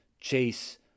chase